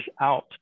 out